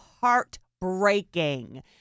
heartbreaking